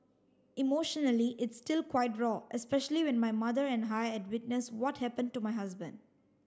emotionally it's still quite raw especially when my mother and I had witnessed what happened to my husband